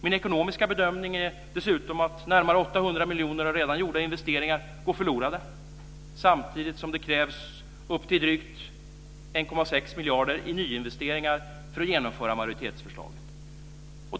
Min ekonomiska bedömning är dessutom att närmare 800 miljoner av redan gjorda investeringar går förlorade samtidigt som det krävs upp till drygt 1,6 miljarder i nyinvesteringar för att genomföra majoritetsförslaget.